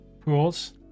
pools